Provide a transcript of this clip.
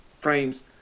frames